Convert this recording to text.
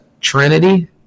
trinity